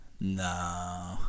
No